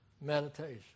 meditation